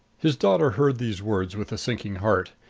his daughter heard these words with a sinking heart.